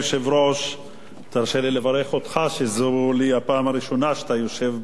תרשה לי לברך אותך כי זו לי הפעם הראשונה שאתה יושב בכס היושב-ראש.